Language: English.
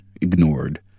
ignored